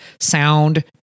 sound